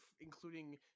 including